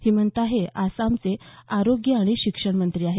हिमंता हे आसामचे आरोग्य आणि शिक्षण मंत्री आहेत